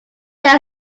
are